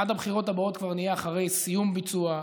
עד הבחירות הבאות כבר נהיה אחרי סיום ביצוע,